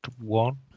one